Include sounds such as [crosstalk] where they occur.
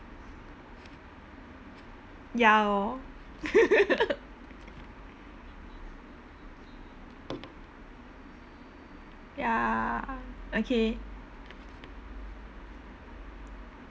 ya lor [laughs] ya okay